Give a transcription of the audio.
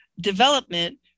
development